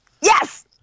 Yes